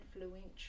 influential